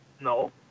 No